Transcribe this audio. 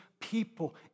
people